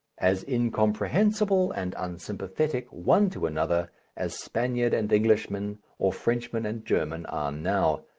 as incomprehensible and unsympathetic one to another as spaniard and englishman or frenchman and german are now.